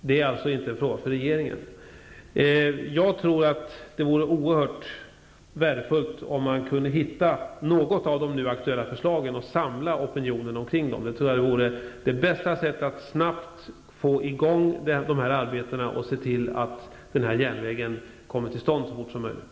Det är alltså inte en fråga för regeringen. Jag tror att det vore oerhört värdefullt om man kunde hitta något av de nu aktuella förslagen och samla opinionen omkring de. Det vore det bästa sättet att snabbt få i gång dessa arbeten och se till att den här järnvägen kommer till stånd så fort som möjligt.